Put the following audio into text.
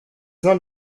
not